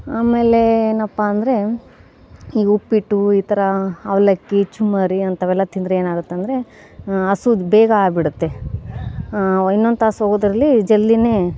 ಆಮೇಲೆ ಏನಪ್ಪ ಅಂದರೆ ಈ ಉಪ್ಪಿಟ್ಟು ಈ ಥರ ಅವಲಕ್ಕಿ ಚುಮರಿ ಅಂಥವೆಲ್ಲ ತಿಂದರೆ ಏನಾಗುತ್ತೆಂದ್ರೆ ಹಸ್ವು ಬೇಗ ಆಗಿ ಬಿಡುತ್ತೆ ಇನ್ನೊಂದು ತಾಸು ಹೋದ್ರಲ್ಲಿ ಜಲ್ದಿನೆ